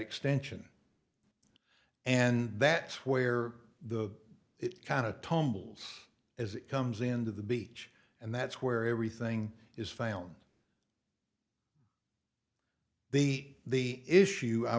extension and that's where the it kind of tumbles as it comes into the beach and that's where everything is found the issue i